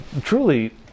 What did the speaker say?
truly